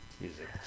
Music